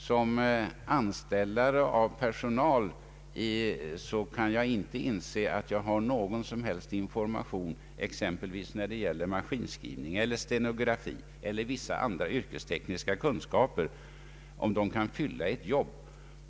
Som anställare av personal kan jag inte inse att jag får någon som helst information, när det gäller maskinskrivning, stenografi eller vissa andra yrkestekniska kunskaper, om huruvida vederbörande kan sköta ett jobb.